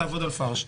תעבוד על פארש.